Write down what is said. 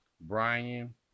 Brian